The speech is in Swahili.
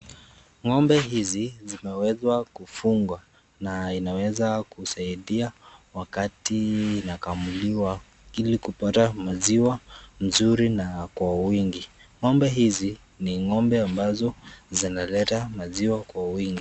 Ng'ombe hizi zimeweza kufungwa na inaweza kusaidia wakati inakamuliwa ili kupata maziwa mzuri na kwa wingi, ng'ombe hizi ni ng'ombe ambazo zinaleta maziwa kwa wingi.